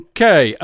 Okay